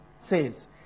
says